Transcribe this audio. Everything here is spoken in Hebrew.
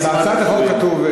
בהצעת החוק כתוב,